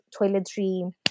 toiletry